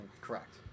Correct